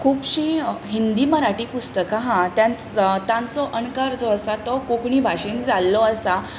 खुबशीं हिंदी मराठी पुस्तकां आसात तांचो अणकार जो आसा तो कोंकणी भाशेंत जाल्लो आसा